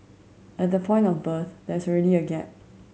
at the point of birth there is already a gap